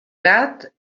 gat